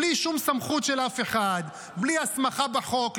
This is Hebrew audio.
בלי שום סמכות של אף אחד, בלי הסמכה בחוק.